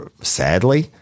Sadly